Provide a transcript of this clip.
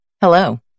Hello